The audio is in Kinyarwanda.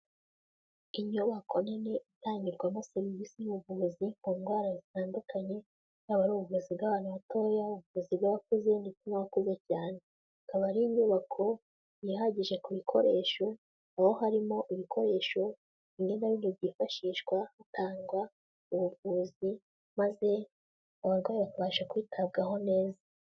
Inyubako nini itangirwamo serivisi y'uvuzi ku ndwara zitandukanye yaba ari ubuvuzi bw'abantu batoya, ubuvuzi bw'abakuze ndetse n'abakuze cyane, ikaba ari inyubako yihagije ku bikoresho, aho harimo ibikoresho bimwe na bimwe byifashishwa hatangwa ubuvuzi maze abarwayi bakabasha kwitabwaho neza.